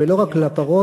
ולא רק לפרות,